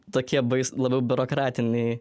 tokie bais labiau biurokratiniai